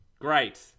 Great